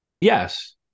Yes